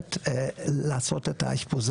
אחרת לעשות את האשפוז.